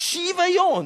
שוויון.